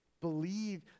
Believe